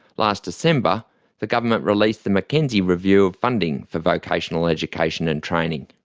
last december the government released the mackenzie review of funding for vocational education and training.